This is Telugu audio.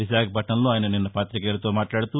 విశాఖపట్టణంలో ఆయన నిన్న పాతికేయులతో మాట్లాదుతూ